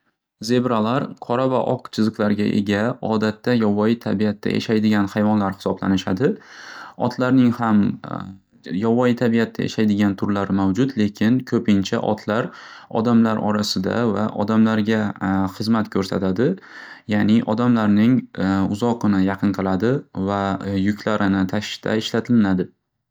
Zebralar qora va oq chiziqlarga ega, odatda yovvoyi tabiatda yashaydigan hayvonlar hisoblanishadi. Otlarning ham yovvoyi tabiatda yashaydigan turlari mavjud. Lekin ko'pincha otlar odamlar orasida va odamlarga xizmat ko'rsatadi, ya'ni odamlarning uzoqini yaqin qiladi va yuklarini tashishda ishlatilinadi.